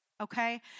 Okay